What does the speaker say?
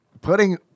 putting